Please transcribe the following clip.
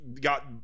got